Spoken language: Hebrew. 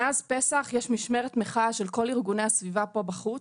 מאז פסח יש משמרת מחאה של כל ארגוני הסביבה פה בחוץ,